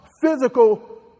physical